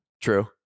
True